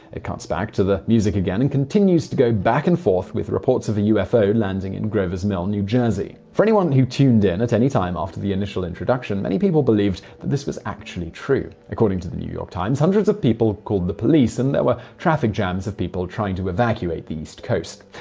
it cuts back to the music again, and continues to go back and forth with reports of a ufo landing in grover's mill, new jersey. for anyone who tuned in at any time after the initial introduction, many people believed that this was actually true. according to the new york times, hundreds of people called the police, and there were traffic jams of people trying to evacuate the east coast.